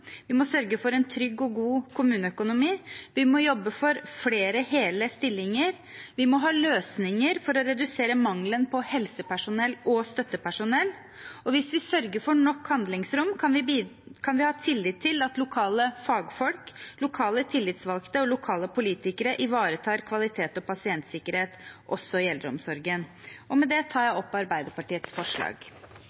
Vi må sørge for en trygg og god kommuneøkonomi. Vi må jobbe for flere hele stillinger. Vi må ha løsninger for å redusere mangelen på helsepersonell og støttepersonell. Hvis vi sørger for nok handlingsrom, kan vi ha tillit til at lokale fagfolk, lokale tillitsvalgte og lokale politikere ivaretar kvalitet og pasientsikkerhet også i eldreomsorgen. Med det tar jeg